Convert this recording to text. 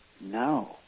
No